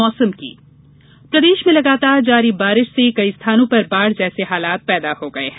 मौसम प्रदेश में लगातार जारी बारिश से कई स्थानों पर बाढ़ जैसे हालात पैदा हो गये हैं